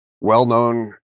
well-known